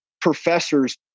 professors